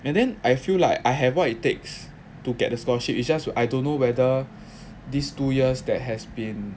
and then I feel like I have what it takes to get the scholarship it's just I don't know whether these two years that has been